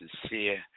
Sincere